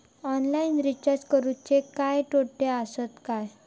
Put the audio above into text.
Online recharge करुचे काय तोटे आसत काय?